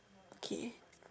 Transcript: okay